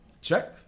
check